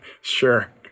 Sure